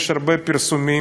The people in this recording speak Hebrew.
יש הרבה פרסומים,